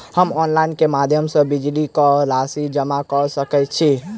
हम ऑनलाइन केँ माध्यम सँ बिजली कऽ राशि जमा कऽ सकैत छी?